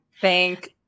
thank